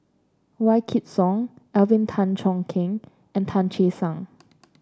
Wykidd Song Alvin Tan Cheong Kheng and Tan Che Sang